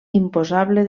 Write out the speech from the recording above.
imposable